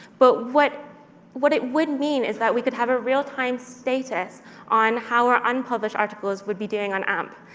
but what what it would mean is that we could have a real time status on how our unpublished articles would be doing on amp.